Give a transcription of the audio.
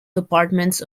departments